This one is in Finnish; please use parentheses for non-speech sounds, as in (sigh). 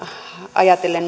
ajatellen (unintelligible)